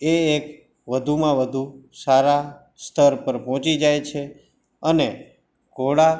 એ એક વધુમાં વધુ સારા સ્તર પર પહોંચી જાય છે અને ઘોડા